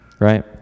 Right